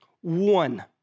One